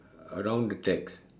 around the text